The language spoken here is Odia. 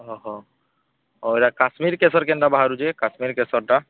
ଅଃ ଅର୍ ଏ କାଶ୍ମୀର କେଶର କେମିତି ବାହାରୁଛି କାଶ୍ମୀର କେଶରଟା